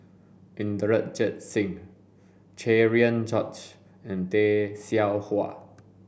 Inderjit Singh Cherian George and Tay Seow Huah